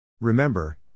Remember